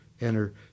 enter